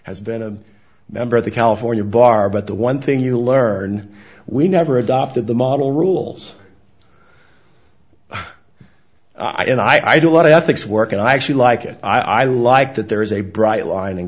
has been a member of the california bar but the one thing you learn we never adopted the model rules i don't want to ethics work and i actually like it i like that there is a bright line in